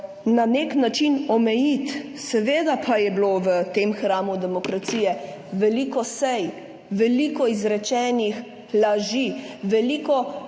na nek način omejiti. Seveda pa je bilo v tem hramu demokracije veliko sej, veliko izrečenih laži, veliko